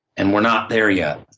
and we're not there yet.